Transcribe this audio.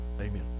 amen